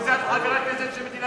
בשביל זה את חברת כנסת של מדינת ישראל.